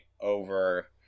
over